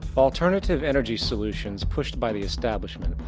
alternative energy solutions pushed by the establishment,